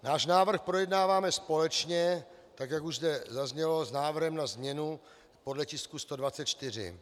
Náš návrh projednáváme společně, jak už zde zaznělo, s návrhem na změnu podle tisku 124.